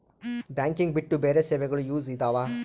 Banking ಬಿಟ್ಟು ಬೇರೆ ಸೇವೆಗಳು ಯೂಸ್ ಇದಾವ?